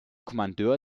kommandeur